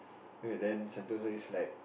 wait then sentosa is like